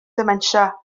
dementia